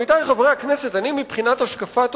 עמיתי חברי הכנסת, מבחינת השקפת עולמי,